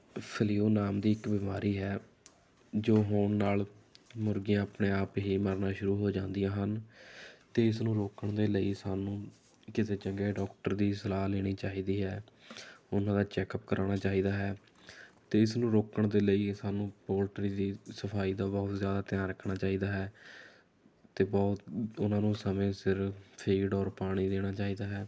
flu ਨਾਮ ਦੀ ਇੱਕ ਬਿਮਾਰੀ ਹੈ ਜੋ ਹੋਣ ਨਾਲ ਮੁਰਗੀਆਂ ਆਪਣੇ ਆਪ ਹੀ ਮਰਨਾ ਸ਼ੁਰੂ ਹੋ ਜਾਂਦੀਆਂ ਹਨ ਅਤੇ ਇਸ ਨੂੰ ਰੋਕਣ ਦੇ ਲਈ ਸਾਨੂੰ ਕਿਸੇ ਚੰਗੇ ਡਾਕਟਰ ਦੀ ਸਲਾਹ ਲੈਣੀ ਚਾਹੀਦੀ ਹੈ ਉਨ੍ਹਾਂ ਦਾ ਚੈੱਕਅਪ ਕਰਵਾਉਣਾ ਚਾਹੀਦਾ ਹੈ ਅਤੇ ਇਸ ਨੂੰ ਰੋਕਣ ਦੇ ਲਈ ਸਾਨੂੰ ਪੋਲਟਰੀ ਦੀ ਸਫਾਈ ਦਾ ਬਹੁਤ ਜ਼ਿਆਦਾ ਧਿਆਨ ਰੱਖਣਾ ਚਾਹੀਦਾ ਹੈ ਅਤੇ ਬਹੁਤ ਉਨ੍ਹਾਂ ਨੂੰ ਸਮੇਂ ਸਿਰ ਫੀਡ ਔਰ ਪਾਣੀ ਦੇਣਾ ਚਾਹੀਦਾ ਹੈ